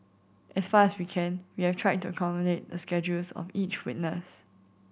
as far as we can we have tried to accommodate the schedules of each witness